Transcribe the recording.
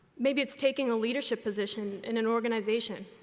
maybe it's taking a leadership position in an organization,